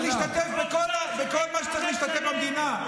דו-קיום זה להשתתף בכל מה שצריך להשתתף במדינה.